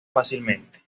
fácilmente